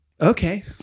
okay